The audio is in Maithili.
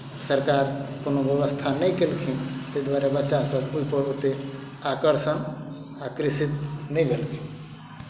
सरकार कोनो व्यवस्था नहि केलखिन ताहि दुआरे बच्चासभ ओहिपर ओतेक आकर्षण आकर्षित नहि भेलखिन